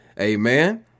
Amen